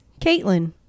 caitlin